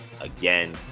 again